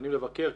מוזמנים לבקר,